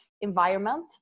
environment